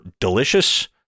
delicious